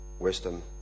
Wisdom